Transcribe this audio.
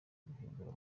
guhindura